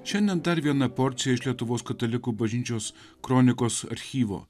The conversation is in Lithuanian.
šiandien dar viena porcija iš lietuvos katalikų bažnyčios kronikos archyvo